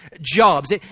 jobs